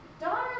daughter